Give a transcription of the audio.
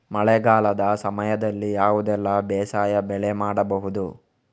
ಮಳೆಗಾಲದ ಸಮಯದಲ್ಲಿ ಯಾವುದೆಲ್ಲ ಬೇಸಾಯ ಬೆಳೆ ಮಾಡಬಹುದು?